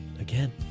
Again